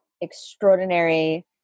extraordinary